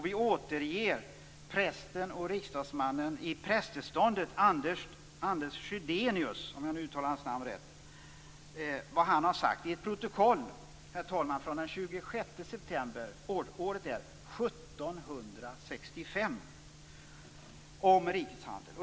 Vi återger vad prästen och riksdagsmannen i prästeståndet Anders Chydenius har sagt i ett protokoll från den 26 september år 1765 om rikets handel.